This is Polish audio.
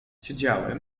siedziałem